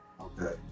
Okay